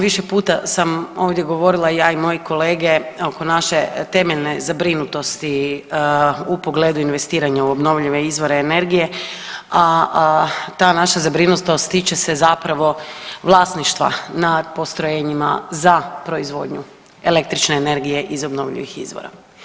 Više puta sam ovdje govorila ja i moji kolege oko naše temeljne zabrinutosti u pogledu investiranja u obnovljive izvore energije, a ta naša zabrinutost tiče se zapravo vlasništva nad postrojenjima za proizvodnju električne energije iz obnovljivih izvora.